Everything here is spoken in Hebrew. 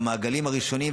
במעגלים הראשונים,